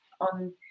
on